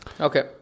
Okay